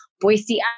Boise